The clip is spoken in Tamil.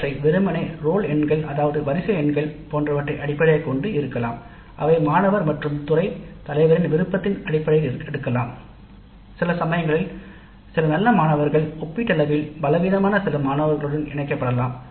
அவற்றை வெறுமனே ரோல் எண்கள் அதாவது வரிசை எண்கள் போன்றவற்றை அடிப்படையாக கொண்டு இருக்கிறான் அவை மாணவர் நலன்களின் அடிப்படையில் இருக்கக்கூடும் சில நேரங்களில் சில நல்ல மாணவர்கள் ஒப்பீட்டளவில் பலவீனமான சில மாணவர்களுடன் இணைக்கப்படலாம்